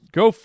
go